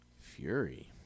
Fury